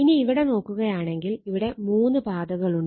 ഇനി ഇവിടെ നോക്കുകയാണെങ്കിൽ ഇവിടെ 3 പാതകളുണ്ട്